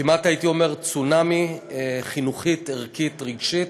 כמעט הייתי אומר צונאמי, חינוכית, ערכית, רגשית.